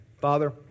Father